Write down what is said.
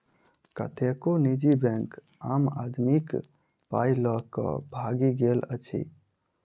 कतेको निजी बैंक आम आदमीक पाइ ल क भागि गेल अछि